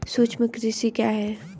सूक्ष्म कृषि क्या है?